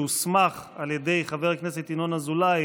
שהוסמך על ידי חבר הכנסת ינון אזולאי